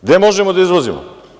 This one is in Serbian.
Gde možemo da izvozimo?